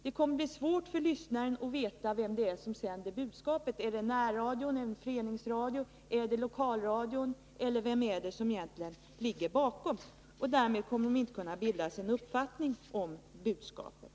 Det kommer att bli svårt för lyssnaren att veta vem det är som sänder budskapet. Är det närradion, föreningsradion eller lokalradion, eller vem är det som egentligen ligger bakom? Därför kommer inte lyssnarna att kunna bilda sig en uppfattning om budskapet.